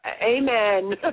Amen